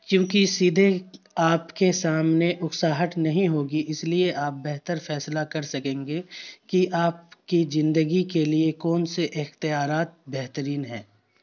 چونکہ سیدھے آپ کے سامنے اکساہٹ نہیں ہوگی اس لیے آپ بہتر فیصلہ کر سکیں گے کہ آپ کی زندگی کے لیے کون سے اختیارات بہترین ہیں